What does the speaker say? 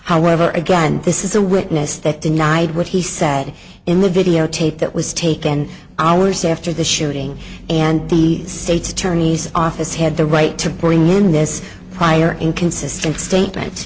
however again this is a witness that denied what he said in the videotape that was taken hours after the shooting and the state's attorney's office had the right to bring in this prior inconsistent statement